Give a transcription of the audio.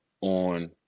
on